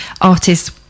artists